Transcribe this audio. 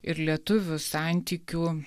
ir lietuvių santykių